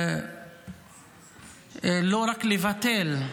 לא רק לבטל,